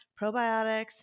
probiotics